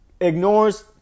ignores